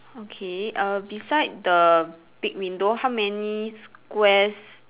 okay err beside the big window how many squares